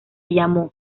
llamó